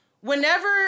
whenever